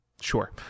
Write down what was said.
Sure